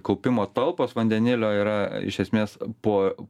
kaupimo talpos vandenilio yra iš esmės po